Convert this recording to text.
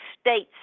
States